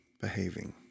behaving